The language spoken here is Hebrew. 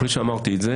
אחרי שאמרתי את זה